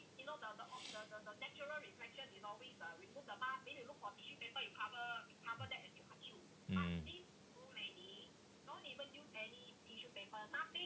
mm